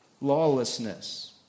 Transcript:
Lawlessness